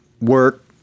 Work